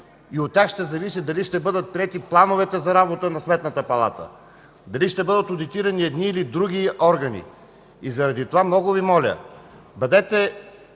и от тях ще зависи дали ще бъдат приети плановете за работа на Сметната палата, дали ще бъдат одитирани едни или други органи. Заради това много Ви моля – бъдете